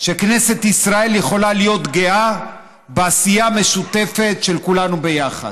שכנסת ישראל יכולה להיות גאה בעשייה משותפת של כולנו ביחד.